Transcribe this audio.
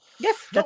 Yes